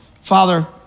Father